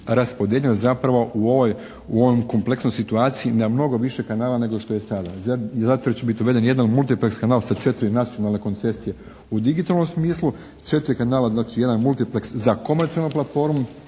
raspodijeljen zapravo u ovoj kompleksnoj situaciji na mnogo više kanala nego što je sada i zato jer će biti uveden jedan multipleks kanal sa četiri nacionalne koncesije u digitalnom smislu, četiri kanala, znači jedan multipleks za komercijalnu platformu